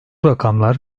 rakamlar